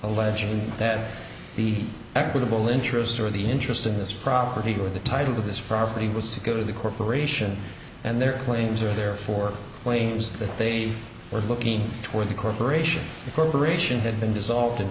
alleging that the equitable interests are the interest in this property or the title of this property was to go to the corporation and their claims are there for claims that they were looking toward the corporation the corporation had been dissolved